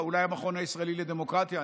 אולי המכון הישראלי לדמוקרטיה,